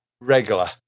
regular